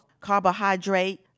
carbohydrate